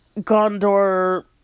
Gondor